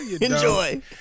Enjoy